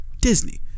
Disney